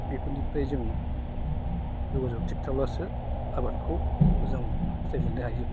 बेफोरनिफ्राय जों जगाजग थिख थाब्लासो आबादखौ मोजां फिथाइ मोननो हायो